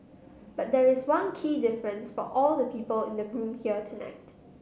but there is one key difference for all the people in the room here tonight